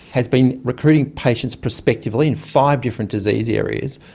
has been recruiting patients prospectively in five different disease areas,